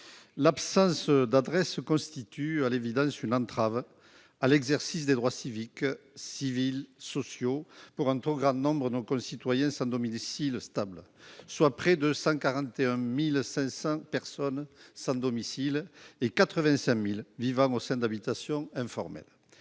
l'absence d'adresses constitue à l'évidence une entrave à l'exercice des droits civiques, civils, sociaux pour un trop grand nombre de nos concitoyens, ça ne vaut 1000 si le stable, soit près de 141500 personnes sans domicile et 85000 vivant au sein de l'habitation informel,